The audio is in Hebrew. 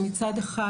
שמצד אחד,